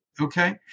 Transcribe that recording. Okay